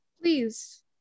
Please